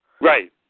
Right